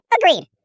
agreed